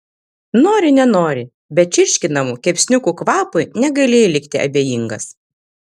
nori nenori bet čirškinamų kepsniukų kvapui negalėjai likti abejingas